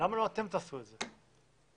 תעשו את זה?